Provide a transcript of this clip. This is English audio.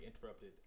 interrupted